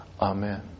Amen